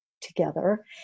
together